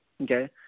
Okay